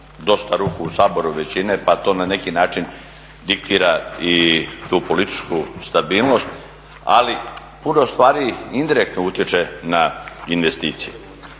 dosta ruku u Saboru većine pa to na neki način diktira i tu političku stabilnost, ali puno stvari indirektno utječe na investicije,